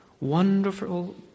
wonderful